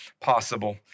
possible